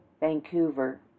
vancouver